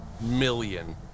million